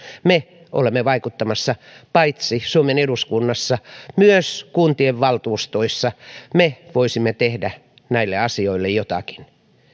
me olemme vaikuttamassa paitsi suomen eduskunnassa myös kuntien valtuustoissa me voisimme tehdä näille asioille jotakin